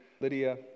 Lydia